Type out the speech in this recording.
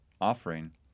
offering